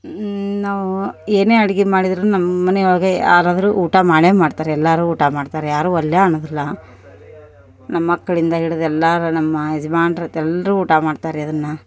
ನಾವು ಏನೇ ಅಡಿಗಿ ಮಾಡಿದರೂನು ನಮ್ಮ ಮನೆಯೊಳಗೆ ಯಾರಾದರೂ ಊಟ ಮಾಡೇ ಮಾಡ್ತಾರೆ ಎಲ್ಲರೂ ಊಟ ಮಾಡ್ತಾರೆ ಯಾರೂ ಒಲ್ಲೆ ಅನ್ನುದಿಲ್ಲ ನಮ್ಮ ಮಕ್ಕಳಿಂದ ಹಿಡ್ದು ಎಲ್ಲಾರ ನಮ್ಮ ಯಜಮಾನ್ರು ತೆಲ್ರೂ ಊಟ ಮಾಡ್ತಾರೆ ಅದನ್ನ